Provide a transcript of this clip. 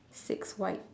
six white